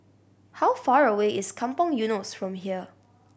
how far away is Kampong Eunos from here